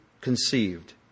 conceived